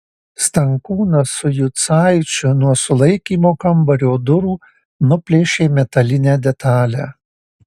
stankūnas su jucaičiu nuo sulaikymo kambario durų nuplėšė metalinę detalę